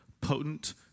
potent